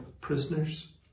prisoners